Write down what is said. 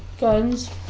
Guns